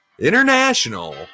International